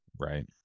Right